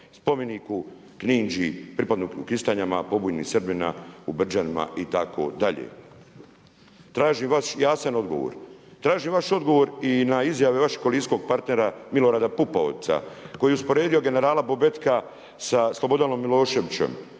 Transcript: Spomenik u Knindži u Kistanjama, pobunjenog Srbina u Brđanima itd. Tražim vaš jasan odgovor, tražim vaš odgovor i na izjave vašeg koalicijskog partnera Milorada Pupovca koji je usporedio generala Bobetka sa Slobodanom Miloševićem,